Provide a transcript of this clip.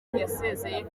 yasezeye